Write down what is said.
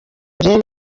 urebe